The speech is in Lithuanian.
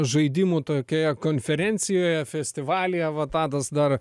žaidimų tojkioje konferencijoje festivalyje va tadas dar